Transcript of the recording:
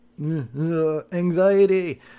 anxiety